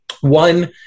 One